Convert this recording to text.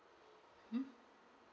hmm